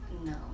No